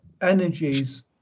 energies